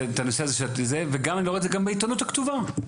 וגם אני לא רואה בעיתונות הכתובה.